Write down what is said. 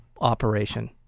operation